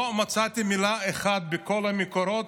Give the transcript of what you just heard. לא מצאתי מילה אחת בכל המקורות,